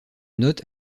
note